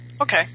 Okay